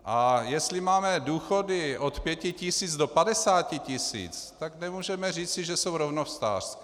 A jestli máme důchody od 5 tisíc do 50 tisíc, tak nemůžeme říci, že jsou rovnostářské.